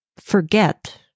forget